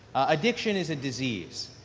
addiction is a disease.